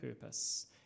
purpose